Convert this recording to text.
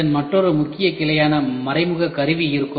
இதன் மற்றொரு முக்கிய கிளையாக மறைமுக கருவி இருக்கும்